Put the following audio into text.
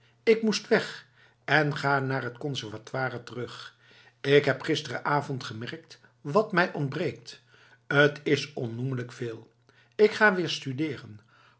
ik moest weg en ga naar t conservatoire terug k heb gisterenavond gemerkt wat mij ontbreekt t is onnoemelijk veel ik ga weer studeeren